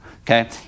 Okay